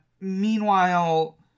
Meanwhile